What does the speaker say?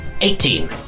Eighteen